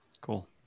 Cool